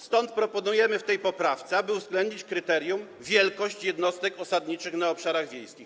Stąd proponujemy w tej poprawce, aby uwzględnić kryterium: wielkość jednostek osadniczych na obszarach wiejskich.